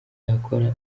yakora